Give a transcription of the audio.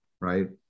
right